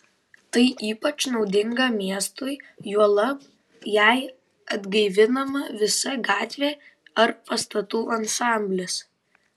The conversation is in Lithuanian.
tai ypač naudinga miestui juolab jei atgaivinama visa gatvė ar pastatų ansamblis